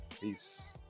peace